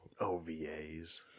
OVAs